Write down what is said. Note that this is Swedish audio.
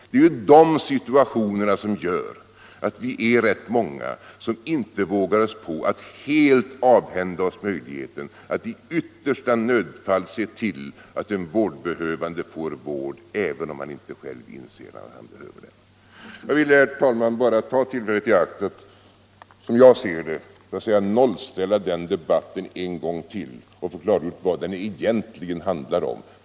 Det är dessa situationer som gör att vi är rätt många som inte vågar oss på att helt avhända oss möjligheten att i yttersta nödfall se till att en vårdbehövande får vård, även om han själv inte inser att han behöver den. Herr talman, jag ville bara ta tillfället i akt att. som jag ser det, nollställa den här debatten en gång till och klargöra vad den egentligen handlar om.